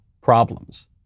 problems